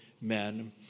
men